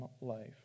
life